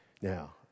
Now